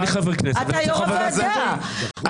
אני חבר כנסת, ואני רוצה חוות-דעת כתובה.